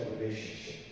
relationship